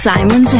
Simon